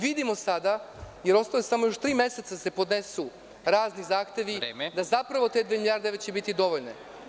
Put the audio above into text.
Vidimo sada, jer ostalo je još samo tri meseca da se podnesu razni zahtevi da zapravo te dve milijarde evra će biti dovoljne.